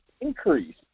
increase